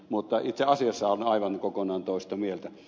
mutta itse asiasta olen aivan kokonaan toista mieltä